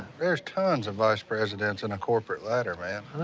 there's tons of vice presidents in a corporate ladder, man.